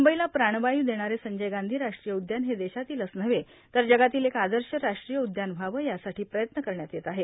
मुंबईला प्राणवायू देणारे संजय गांधी राष्ट्रीय उद्यान हे देशातीलच नव्हे तर जगातील एक आदर्श राष्ट्रीय उद्यान व्हावं यासाठी प्रयत्न करण्यात येत आहेत